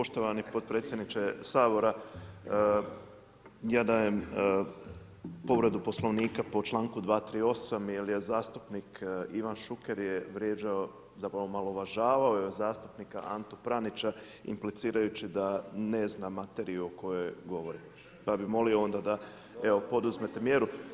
Poštovani potpredsjedniče Sabora, ja dajem povredu Poslovnika po članku 238. jer je zastupnik Ivan Šuker je vrijeđao, zapravo omalovažavao je zastupnika Antu Pranića implicirajući da ne zna materiju o kojoj govorimo, pa bih molio onda da evo poduzmete mjeru.